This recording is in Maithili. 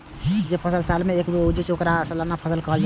जे फसल साल मे एके बेर उपजै छै, ओकरा सालाना फसल कहल जाइ छै